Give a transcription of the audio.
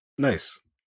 nice